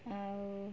ଆଉ